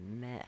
mess